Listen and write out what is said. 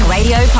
Radio